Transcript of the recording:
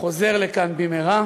חוזר לכאן במהרה